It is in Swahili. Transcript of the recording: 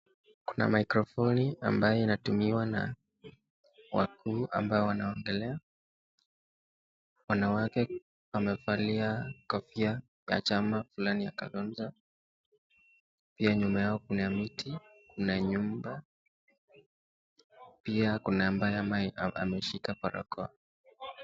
Kuna mikrofoni ambayo inatumiwa na wakuu ambao wanaongelea. Wanawake wamevalia kofia ya chama fulani ya Kalonzo. Pia nyuma yao kuna miti, kuna nyumba pia kuna ambaye ameishika barakoa.